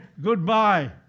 goodbye